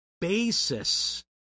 basis